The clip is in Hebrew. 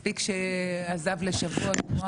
מספיק שעזב לשבוע-שבועיים?